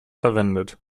verwendet